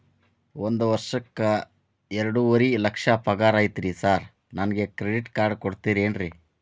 ಒಂದ್ ವರ್ಷಕ್ಕ ಎರಡುವರಿ ಲಕ್ಷ ಪಗಾರ ಐತ್ರಿ ಸಾರ್ ನನ್ಗ ಕ್ರೆಡಿಟ್ ಕಾರ್ಡ್ ಕೊಡ್ತೇರೆನ್ರಿ?